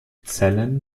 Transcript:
zellen